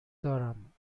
دارم